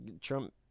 Trump